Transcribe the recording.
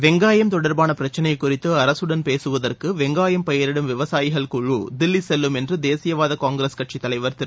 வெங்காயம் தொடர்பானபிரச்னைகுறித்துஅரசுடன் பேசுவதற்குவெங்காயம் பயிரிடும் விவசாயிகள் குழு தில்லிசெல்லும் என்றுதேசியமாநாடுகட்சித் தலைவர் திரு